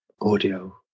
Audio